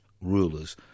rulers